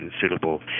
suitable